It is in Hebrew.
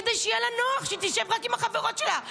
כדי שיהיה לה נוח שהיא תשב רק עם החברות שלה,